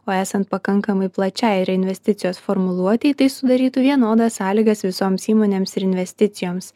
o esant pakankamai plačiai reinvesticijos formuluotei tai sudarytų vienodas sąlygas visoms įmonėms ir investicijoms